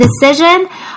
decision